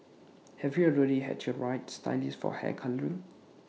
have you already had your right stylist for hair colouring